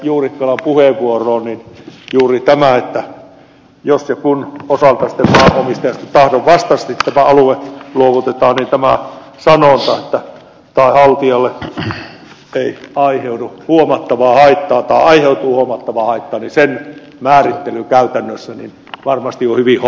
juurikkalan puheenvuoroon liittyen juuri niin että jos ja kun maanomistajan tahdon vastaisesti tämä alue luovutetaan pitämään sen että kalle nokialle hän ei niin tämän haltijalle aiheutuu huomattavaa haittaa määrittely käytännössä varmasti on hyvin horjuvaa